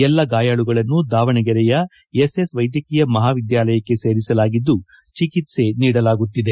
ಎಲ್ಲ ಗಾಯಾಳುಗಳನ್ನು ದಾವಣಗೆರೆಯ ಎಸ್ಎಸ್ ವೈದ್ಯಕೀಯ ಮಹಾವಿದ್ಯಾಲಯಕ್ಕೆ ಸೇರಿಸಲಾಗಿದ್ದು ಚಿಕಿತ್ಸ ನೀಡಲಾಗುತ್ತಿದೆ